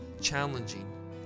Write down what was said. challenging